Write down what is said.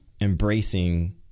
embracing